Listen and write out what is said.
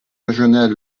régional